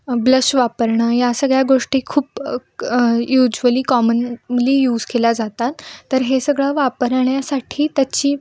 blush वापरणं या सगळ्या गोष्टी खूप क युज्युअली कॉमनली यूज केल्या जातात तर हे सगळं वापरण्यासाठी त्याची